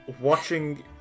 Watching